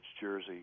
jersey